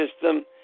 system